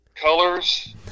colors